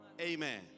Amen